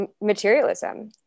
materialism